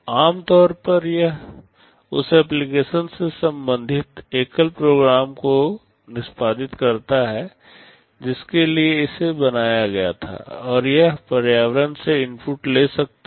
आम तौर पर यह उस एप्लिकेशन से संबंधित एकल प्रोग्राम को निष्पादित करता है जिसके लिए इसे बनाया गया था और यह पर्यावरण से इनपुट ले सकता है